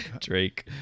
Drake